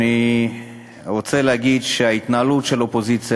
אני רוצה להגיד שההתנהלות של האופוזיציה